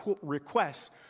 requests